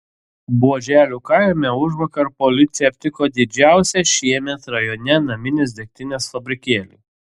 buoželių kaime užvakar policija aptiko didžiausią šiemet rajone naminės degtinės fabrikėlį